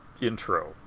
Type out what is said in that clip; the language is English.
intro